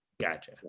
Gotcha